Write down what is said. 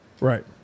Right